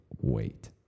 wait